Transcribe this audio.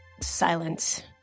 silence